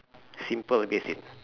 simple that's it